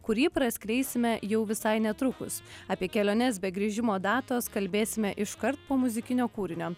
kurį praskleisime jau visai netrukus apie keliones be grįžimo datos kalbėsime iškart po muzikinio kūrinio